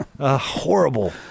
Horrible